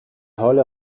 حال